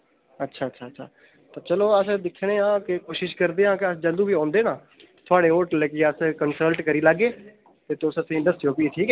अच्छा अच्छा अच्छा ते चलो अस दिक्खने आं ते कोशिश करदे आं के अस जदूं बी औंदे ना थुआढ़े होटलै गी अस कंसल्ट करी लैगे ते तुस फ्ही दस्सेओ बी ठीक ऐ